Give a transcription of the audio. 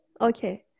Okay